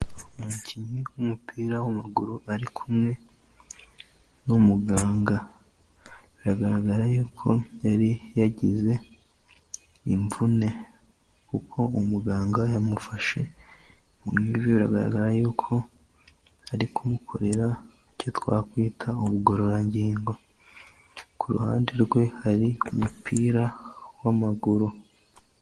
Umukinnyi w'umupira w'amaguru ari kumwe n'umuganga, biragaragara y'uko yari yagize imvune kuko umuganga yamufashe mu ivi, biragaragara y'uko ari kumukorera icyo twakwita ubugororangingo, ku ruhande rwe hari umupira w'amaguru.